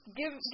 give